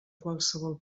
qualsevol